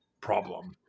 problem